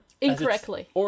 Incorrectly